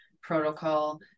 protocol